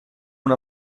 una